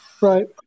Right